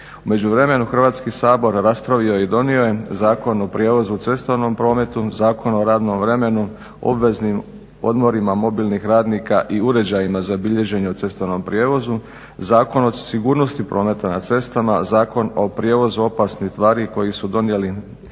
U međuvremenu Hrvatski sabor raspravio je i donio je Zakon o prijevozu u cestovnom prometu, Zakon o radnom vremenu, obveznim odmorima mobilnih radnika i uređajima za bilježenje u cestovnom prijevozu, Zakon o sigurnosti prometa na cestama, Zakon o prijevozu opasnih tvari koji su donijeli novine